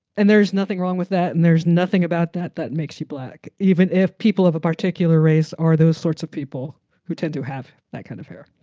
and there's nothing wrong with that. and there's nothing about that that makes you black, even if people of a particular race are those sorts of people who tend to have that kind of hair.